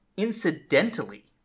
Incidentally